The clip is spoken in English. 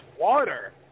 water